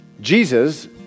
Jesus